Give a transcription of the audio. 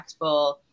impactful